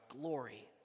glory